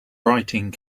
writing